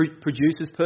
produces